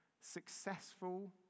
successful